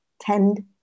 tend